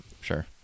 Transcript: Sure